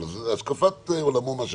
מופרך,